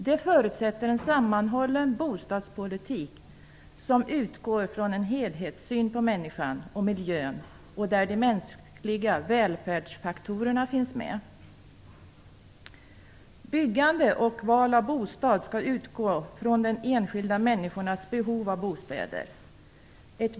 Det förutsätter en sammanhållen bostadspolitik som utgår från en helhetssyn på människan och miljön och där de mänskliga välfärdsfaktorerna finns med. Byggande och val av bostad skall utgå från de enskilda människornas behov av bostäder.